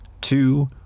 two